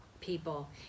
people